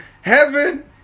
Heaven